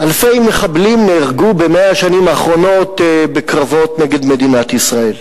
אלפי מחבלים נהרגו ב-100 השנים האחרונות בקרבות נגד מדינת ישראל.